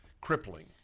crippling